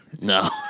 no